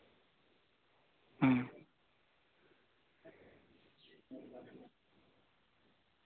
ᱦᱩᱸ